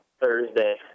Thursday